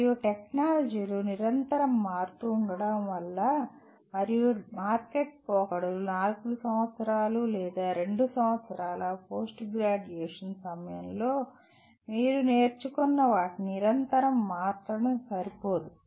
మరియు టెక్నాలజీలు నిరంతరం మారుతుండటం మరియు మార్కెట్ పోకడలు 4 సంవత్సరాల లేదా 2 సంవత్సరాల పోస్ట్ గ్రాడ్యుయేషన్ సమయంలో మీరు నేర్చుకున్న వాటిని నిరంతరం మార్చడం సరిపోదు